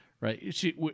right